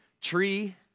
tree